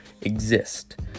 exist